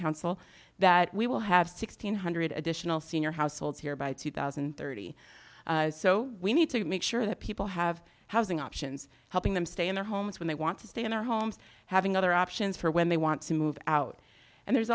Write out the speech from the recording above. council that we will have sixteen hundred additional senior households here by two thousand and thirty so we need to make sure that people have housing options helping them stay in their homes when they want to stay in their homes having other options for when they want to move out and there's